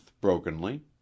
brokenly